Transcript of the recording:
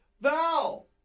Val